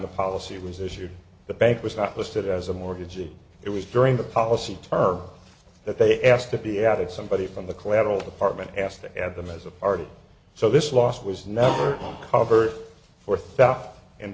the policy was issued the bank was not listed as a mortgage and it was during the policy term that they asked to be added somebody from the collateral apartment asked to add them as a party so this loss was never covered for theft and